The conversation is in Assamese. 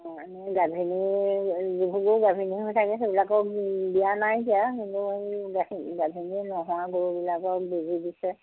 এনেই গাভিনীৰ যিবোৰ গৰু গাভিনী হৈ থাকে সেইবিলাকক দিয়া নাইকিয়া এতিয়া কিন্তু গাভিনী নোহোৱা গৰুবিলাকক বেজী দিছে